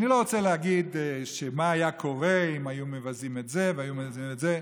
אני לא רוצה להגיד מה היה קורה אם היו מבזים את זה והיו מבזים את זה.